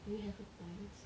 you have a point